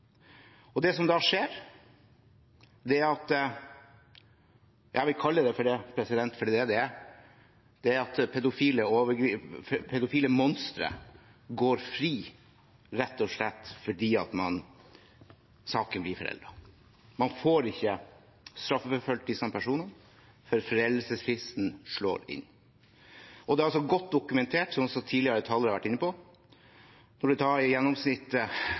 Det som skjer, er at pedofile monstre – jeg vil kalle det for det, for det er det det er – går fri, rett og slett fordi saken blir foreldet. Man får ikke straffeforfulgt disse personene fordi foreldelsesfristen slår inn. Det er godt dokumentert, som også tidligere talere har vært inne på, at det i gjennomsnitt